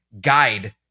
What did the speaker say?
guide